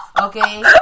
Okay